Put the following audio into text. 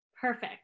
Perfect